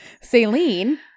Celine